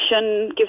give